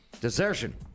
desertion